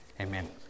Amen